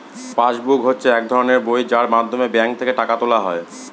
pass book হচ্ছে এক ধরনের বই যার মাধ্যমে ব্যাঙ্ক থেকে টাকা তোলা হয়